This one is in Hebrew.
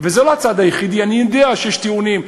וזה לא הצעד היחידי, אני יודע שיש טיעונים,